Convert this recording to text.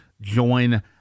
join